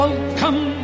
Welcome